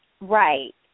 Right